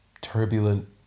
turbulent